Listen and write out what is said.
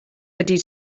ydy